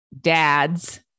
Dads